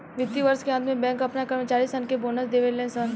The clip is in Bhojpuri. वित्तीय वर्ष के अंत में बैंक अपना कर्मचारी सन के बोनस देवे ले सन